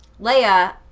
Leia